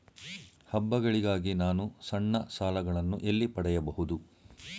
ಹಬ್ಬಗಳಿಗಾಗಿ ನಾನು ಸಣ್ಣ ಸಾಲಗಳನ್ನು ಎಲ್ಲಿ ಪಡೆಯಬಹುದು?